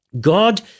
God